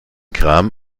kram